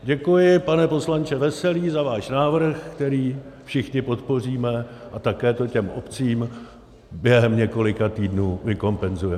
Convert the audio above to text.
Děkuji, pane poslanče Veselý, za váš návrh, který všichni podpoříme, a také to těm obcím během několika týdnů vykompenzujeme.